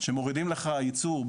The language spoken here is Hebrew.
שמורידים לך ייצור,